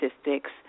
statistics